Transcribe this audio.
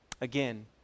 Again